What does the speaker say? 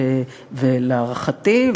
ולהערכתי,